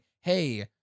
Hey